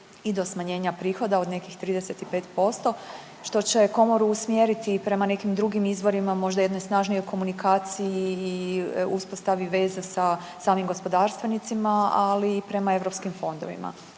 i do smanjenja prihoda od nekih 35% što će komoru usmjeriti i prema nekim drugim izvorima, možda jednoj snažnijoj komunikaciji i uspostavi veza sa samim gospodarstvenicima, ali i prema Europskim fondovima.